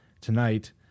tonight